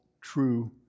true